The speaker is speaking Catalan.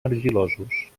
argilosos